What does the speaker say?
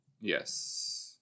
Yes